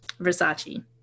Versace